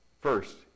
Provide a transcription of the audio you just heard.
first